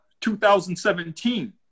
2017